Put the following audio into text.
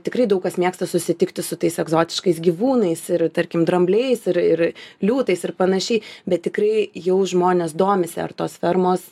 tikrai daug kas mėgsta susitikti su tais egzotiškais gyvūnais ir tarkim drambliais ir ir liūtais ir panašiai bet tikrai jau žmonės domisi ar tos fermos